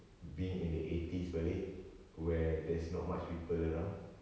being in the eighties balik where there is not much people around